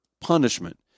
punishment